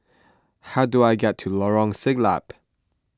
how do I get to Lorong Siglap